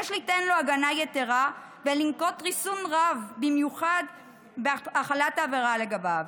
יש ליתן לו הגנה יתרה ולנקוט ריסון רב במיוחד בהחלת העבירה לגביו.